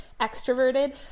extroverted